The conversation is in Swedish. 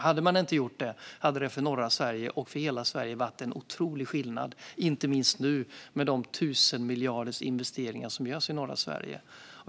Hade man inte gjort det hade det för norra Sverige och för hela Sverige varit en otrolig skillnad, inte minst nu med de investeringar på 1 000 miljarder kronor som görs i norra Sverige.